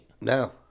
No